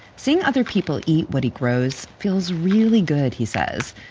seeing other people eat what he grows feels really good, he said.